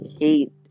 hate